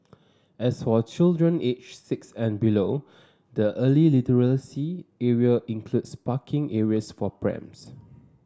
as for children aged six and below the early literacy area includes parking areas for prams